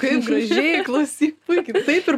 kaip gražiai klausyk puikiai taip ir